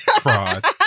fraud